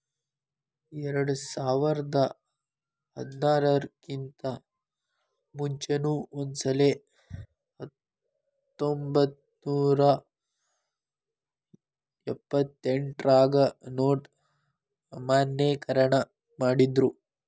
ಎರ್ಡ್ಸಾವರ್ದಾ ಹದ್ನಾರರ್ ಕಿಂತಾ ಮುಂಚೆನೂ ಒಂದಸಲೆ ಹತ್ತೊಂಬತ್ನೂರಾ ಎಪ್ಪತ್ತೆಂಟ್ರಾಗ ನೊಟ್ ಅಮಾನ್ಯೇಕರಣ ಮಾಡಿದ್ರು